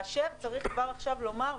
צריך כבר עכשיו לומר,